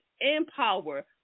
empower